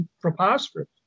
preposterous